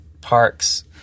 parks